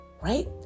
Right